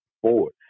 forward